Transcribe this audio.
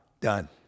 Done